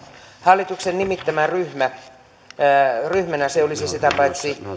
hallituksen nimittämänä ryhmänä se olisi sitä paitsi